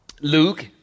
Luke